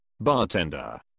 bartender